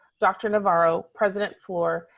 dr. navarro, president fluor,